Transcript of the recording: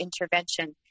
intervention